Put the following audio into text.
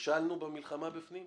נכשלנו במלחמה בפנים,